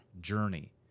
journey